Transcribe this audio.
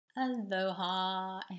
Aloha